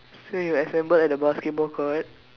so he will assemble at the basketball court